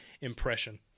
impression